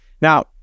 Now